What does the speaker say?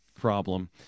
problem